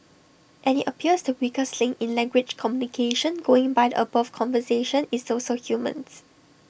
and IT appears to weakest link in language communication going by the above conversation is also humans